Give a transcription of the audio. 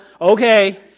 okay